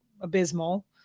abysmal